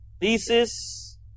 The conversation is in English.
Thesis